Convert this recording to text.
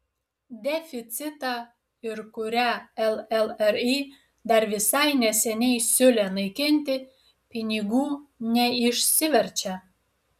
deficitą ir kurią llri dar visai neseniai siūlė naikinti pinigų neišsiverčia